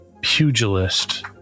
pugilist